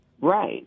Right